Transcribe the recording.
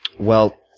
well,